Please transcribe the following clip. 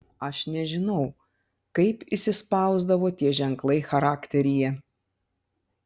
aš nežinau kaip įsispausdavo tie ženklai charakteryje